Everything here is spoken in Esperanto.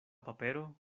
papero